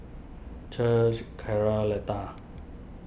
Chet Cara Letta